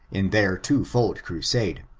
in their two-fold crusade.